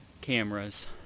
cameras